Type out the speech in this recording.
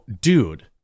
dude